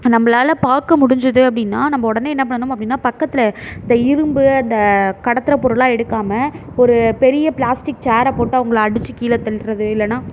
நம்மளால பார்க்க முடிஞ்சுது அப்படினா நம்ம உடனே என்ன பண்ணணும் அப்படினா பக்கத்தில் இந்த இரும்பு அந்த கடத்துகிற பொருளாக எடுக்காமல் ஒரு பெரிய ப்ளாஸ்டிக் சேரை போட்டு அவங்கள அடிச்சு கீழே தள்ளுறது இல்லைனா